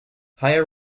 higher